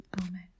Amen